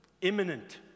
imminent